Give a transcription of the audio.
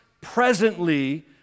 presently